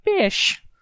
fish